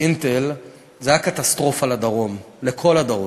זה היה קטסטרופה לדרום, לכל הדרום.